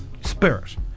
spirit